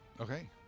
Okay